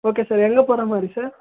okay sir எங்கே போகறா மாதிரி சார்